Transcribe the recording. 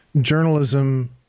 journalism